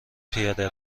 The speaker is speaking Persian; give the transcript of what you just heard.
پیاده